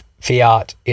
fiat